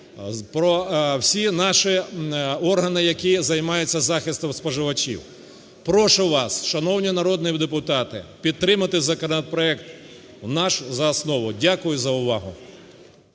всі наші органи, які займаються захистом споживачів. Прошу вас, шановні народні депутати, підтримати законопроект наш за основу. Дякую за увагу.